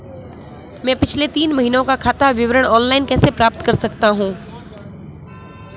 मैं पिछले तीन महीनों का खाता विवरण ऑनलाइन कैसे प्राप्त कर सकता हूं?